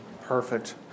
Perfect